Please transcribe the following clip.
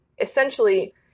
essentially